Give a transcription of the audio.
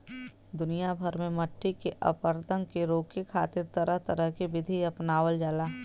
दुनिया भर में मट्टी के अपरदन के रोके खातिर तरह तरह के विधि अपनावल जाला